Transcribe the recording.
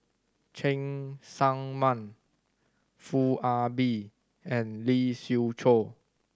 Cheng Tsang Man Foo Ah Bee and Lee Siew Choh